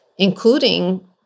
including